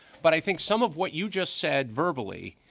but i think some of what you just said verbally,